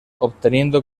obteniendo